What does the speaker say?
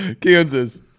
Kansas